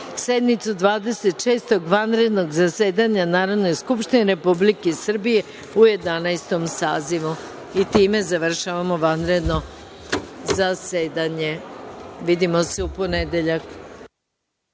šestog vanrednog zasedanja Narodne skupštine Republike Srbije u Jedanaestom sazivu. Time završavamo vanredno zasedanje. Vidimo se u ponedeljak.